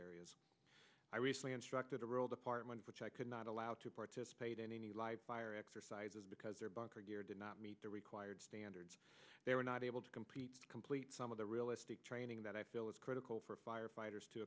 areas i recently instructed a rural department which i could not allow to participate in any live fire exercises because their bunker gear did not meet the required standards they were not able to compete complete some of the realistic training that i feel is critical for firefighters to